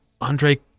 Andre